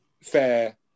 fair